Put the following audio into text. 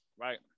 right